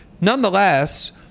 Nonetheless